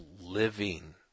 living